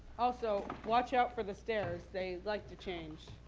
also, watch out for the stairs. they like to change.